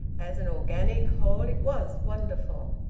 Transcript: as an organic whole it was wonderful.